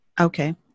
Okay